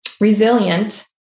resilient